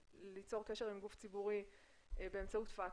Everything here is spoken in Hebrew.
ליצור קשר עם גוף ציבורי באמצעות פקס,